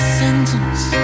sentence